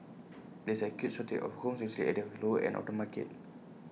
there is an acute shortage of homes especially at the lower end of the market